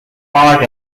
art